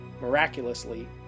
miraculously